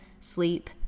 sleep